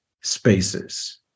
spaces